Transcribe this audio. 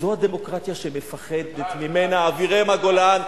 וזאת הדמוקרטיה שמפחדת ממנה אבירמה גולן.